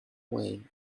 way